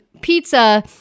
pizza